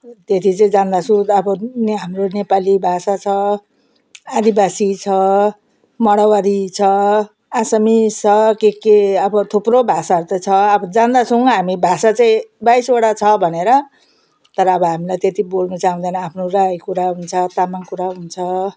त्यति चाहिँ जान्दछु अब यहाँ हाम्रो नेपाली भाषा छ आदिवासी छ माडबारी छ आसामिज छ के के अब थुप्रो भाषाहरू त छ अब जान्दछौँ हामी भाषा चाहिँ बाइसवटा छ भनेर तर अब हामीलाई त्यति बोल्नु चाहिँ आउँदैन आफ्नो राई कुरा हुन्छ तामाङ कुरा हुन्छ